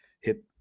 hit